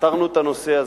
פתרנו את הנושא הזה.